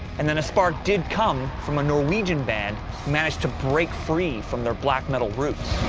and then a spark did come from a norweigan band managed to break free from their black metal roots.